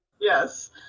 Yes